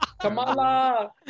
Kamala